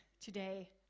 today